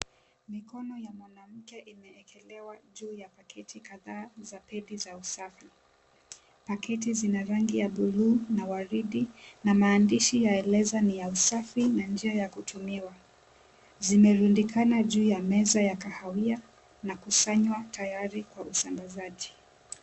Mikono ya mwanamke imeekelewa juu ya pakiti kadhaa za pedi za usafi. Pakiti zina rangi ya buluu na waridi na maandishi yaeleza ni ya usafi na njia ya kutumiwa. Zimelundikana juu ya meza ya kahawia na kusanywa tayari kwa usambazaji.